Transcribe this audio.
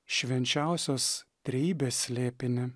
švenčiausios trejybės slėpinį